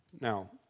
Now